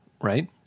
right